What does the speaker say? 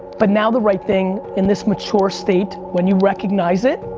but now the right thing in this mature state when you recognize it,